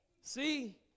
See